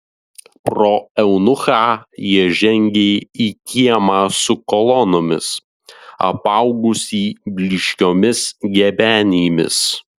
pro eunuchą jie žengė į kiemą su kolonomis apaugusį blyškiomis gebenėmis